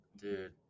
Dude